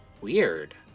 Weird